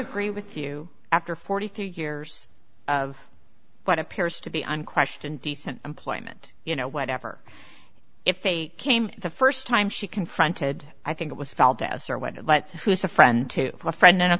agree with you after forty three years of what appears to be unquestioned decent employment you know whatever if they came the first time she confronted i think it was fall deaths or whatever but who is a friend to a friend and a